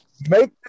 Make